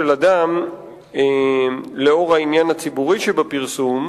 של אדם לאור העניין הציבורי שבפרסום.